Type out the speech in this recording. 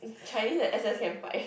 Chinese and S_S can fight